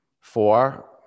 four